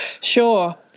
Sure